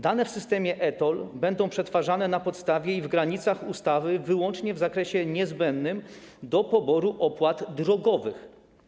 Dane w systemie e-TOLL będą przetwarzane, na podstawie i w granicach ustawy, wyłącznie w zakresie niezbędnym do poboru opłat drogowych.